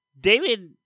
David